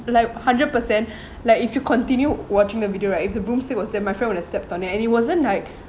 like hundred percent like if you continue watching the video right if the broomstick was there my friend would have stepped on it and it wasn't like